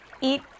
Eat